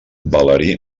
valeri